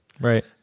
Right